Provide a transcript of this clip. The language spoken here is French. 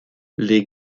les